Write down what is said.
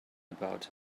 about